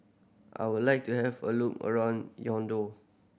I would like to have a look around